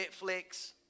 Netflix